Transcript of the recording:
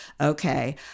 okay